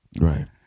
right